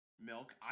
milk